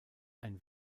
ein